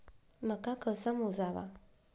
मका कसा मोजावा?